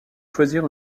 choisir